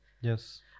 Yes